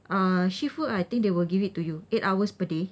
uh shift work I think they will give it to you eight hours per day